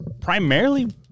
primarily